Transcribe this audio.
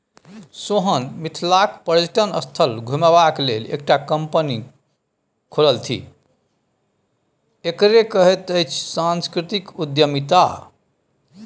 सोहन मिथिलाक पर्यटन स्थल घुमेबाक लेल एकटा कंपनी खोललथि एकरे कहैत अछि सांस्कृतिक उद्यमिता